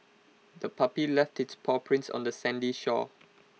the puppy left its paw prints on the sandy shore